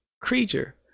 creature